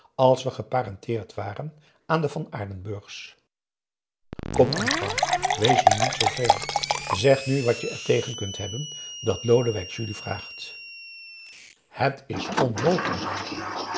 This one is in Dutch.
als we geparenteerd waren aan de van aardenburgs kom antoine wees nu niet zoo vreemd zeg nu wat je er tegen kunt hebben dat lodewijk julie vraagt het is onmogelijk